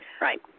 Right